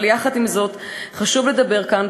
אבל עם זה חשוב לדבר כאן,